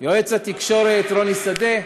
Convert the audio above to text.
יועץ התקשורת רוני שדה,